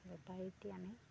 বেপাৰীক দি আনে